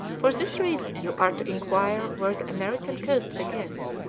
for this reason you are to inquire where the american coast begins,